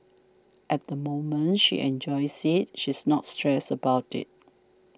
at the moment she enjoys it she's not stressed about it